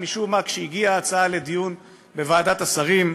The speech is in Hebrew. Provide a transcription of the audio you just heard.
משום מה כשהגיעה ההצעה לדיון בוועדת השרים,